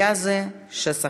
היה זה שכרנו.